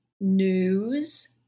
news